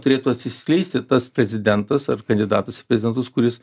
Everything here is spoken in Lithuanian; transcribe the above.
turėtų atsiskleisti tas prezidentas ar kandidatas į prezidentus kuris